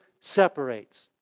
separates